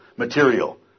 material